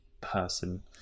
person